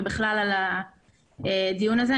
ובכלל על הדיון הזה.